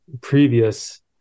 previous